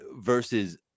versus